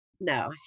No